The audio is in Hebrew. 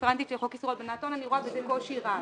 אני רפרנטית של חוק איסור הלבנת הון ואני רואה בזה קושי רב.